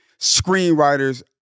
screenwriters